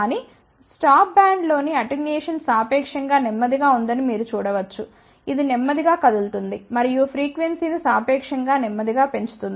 కానీ స్టాప్ బ్యాండ్లోని అటెన్యుయేషన్ సాపేక్షం గా నెమ్మదిగా ఉందని మీరు చూడవచ్చు ఇది నెమ్మదిగా కదులుతోంది మరియు ఫ్రీక్వెన్సీ ను సాపేక్షం గా నెమ్మదిగా పెంచుతుంది